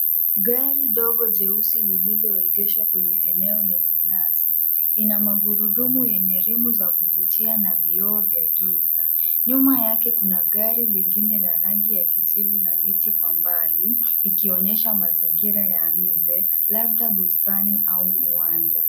Dari ndogo jeusi lililoegeshwa kwenye eneo lenye nyasi. Ina magurudumu yenye rimu za kuvutia na vioo vya giza. Nyuma yake kuna gari lengine la rangi ya kijivu na miti kwa mbali ukionyesha mazingira ya nje labda bustani au uwanja.